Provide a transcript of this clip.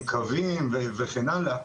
עם קווים וכן הלאה,